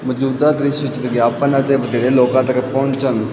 ਮੌਜੂਦਾ ਕ੍ਰਿਸ਼ੀ ਵਿਗਿਆਪਨ ਅਤੇ ਵਧੇਰੇ ਲੋਕਾਂ ਤੱਕ ਪਹੁੰਚਣ